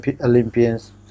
Olympians